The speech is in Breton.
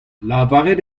lavaret